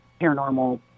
paranormal